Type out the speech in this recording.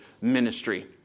ministry